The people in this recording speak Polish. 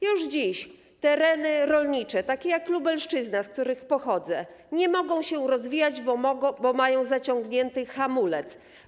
Już dziś tereny rolnicze takie jak Lubelszczyzna, z której pochodzę, nie mogą się rozwijać, bo mają zaciągnięty hamulec.